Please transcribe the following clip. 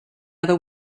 other